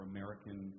American